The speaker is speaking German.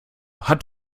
hat